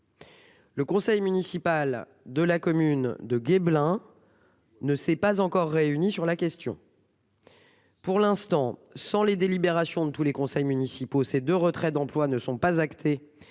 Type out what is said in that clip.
Le conseil municipal de la commune de Guer. Ne s'est pas encore réuni sur la question. Pour l'instant sans les délibérations de tous les conseils municipaux c'est de retraits d'emplois ne sont pas actées